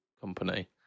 company